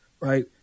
Right